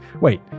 Wait